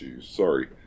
sorry